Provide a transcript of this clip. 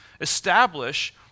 establish